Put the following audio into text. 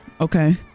okay